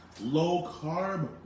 Low-carb